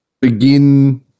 Begin